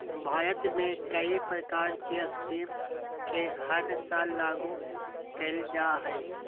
भारत में कई प्रकार के स्कीम के हर साल लागू कईल जा हइ